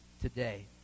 today